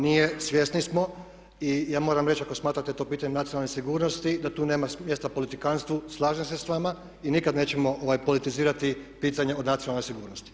Nije, svjesni smo, i ja moram reći ako smatrate to pitanjem nacionalne sigurnosti da tu nema mjesta politikantstvu, slažem se s vama i nikad nećemo politizirati pitanje od nacionalne sigurnosti.